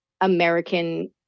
American